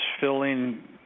filling